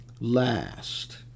last